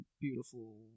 beautiful